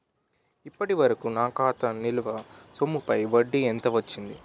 ఇప్పటి వరకూ నా ఖాతా నిల్వ సొమ్ముపై వడ్డీ ఎంత వచ్చింది?